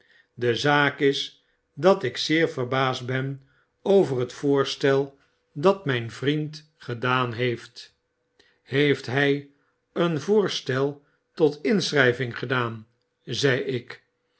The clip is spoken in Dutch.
de zaak is dat ik zeer verbaasd ben over het voorstel dat mjjn vriend gedaan heeft heeft hg een voorstel tot inschrijving gedaan zei ik